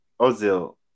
Ozil